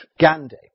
Gandhi